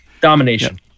Domination